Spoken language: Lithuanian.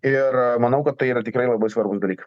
ir manau kad tai yra tikrai labai svarbūs dalykai